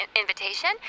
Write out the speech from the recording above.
invitation